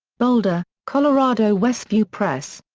boulder, colorado westview press.